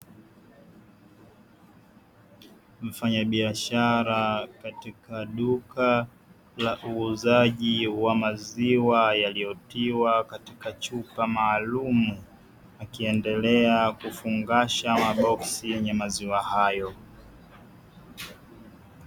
Mfanyabiashara katika duka la uuzaji wa maziwa yaliyotiwa katika chupa maalumu, akiendelea kufungasha maboksi yenye maziwa hayo.